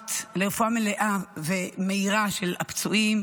לרפואה מלאה ומהירה של הפצועים,